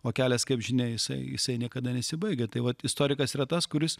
o kelias kaip žinia jisai jisai niekada nesibaigia tai vat istorikas yra tas kuris